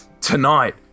tonight